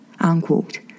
Unquote